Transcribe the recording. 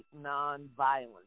nonviolence